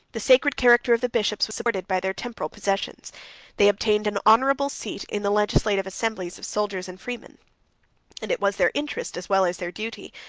the sacred character of the bishops was supported by their temporal possessions they obtained an honorable seat in the legislative assemblies of soldiers and freemen and it was their interest, as well as their duty,